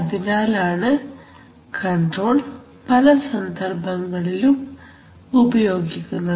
അതിനാൽ ആണ് കൺട്രോൾ പല സന്ദർഭങ്ങളിലും ഉപയോഗിക്കുന്നത്